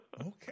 okay